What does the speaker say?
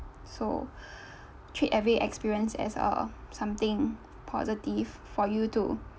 so treat every experience as uh something positive for you to